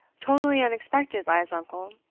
totally unexpected by his uncle,